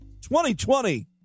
2020